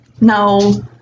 No